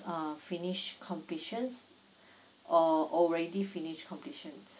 uh finish completion or already finish completion